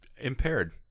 impaired